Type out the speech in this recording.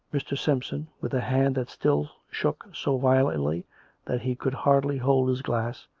mr. simpson, with a hand that still shook so violently that he could hardly hold his glass,